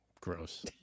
Gross